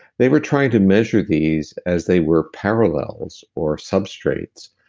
they were trying to measure these as they were parallels, or substraights,